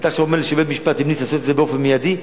אתה אומר לי שבית-המשפט המליץ לעשות את זה באופן מיידי,